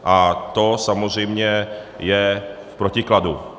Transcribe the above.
A to samozřejmě je v protikladu.